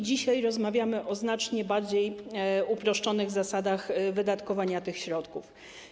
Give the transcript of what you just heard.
Dzisiaj rozmawiamy o znacznie bardziej uproszczonych zasadach wydatkowania tych środków.